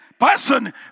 person